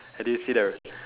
and do you see the